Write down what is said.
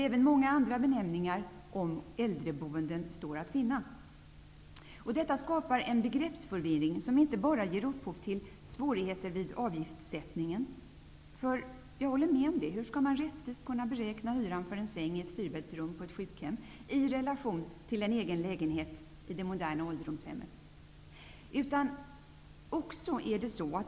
Även många andra benämningar på äldreboende står att finna. Detta skapar en begreppsförvirring som inte bara ger upphov till svårigheter vid avgiftssättning. Hur skall man rättvist kunna beräkna hyran för en säng i ett fyrbäddsrum på ett sjukhem i relation till en egen lägenhet i det moderna ålderdomshemmet?